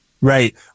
Right